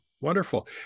Wonderful